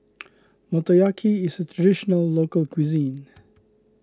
Motoyaki is a Traditional Local Cuisine